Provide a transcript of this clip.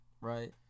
Right